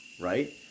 Right